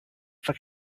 for